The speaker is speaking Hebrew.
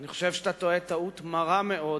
אני חושב שאתה טועה טעות מרה מאוד.